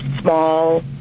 small